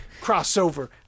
Crossover